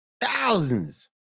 thousands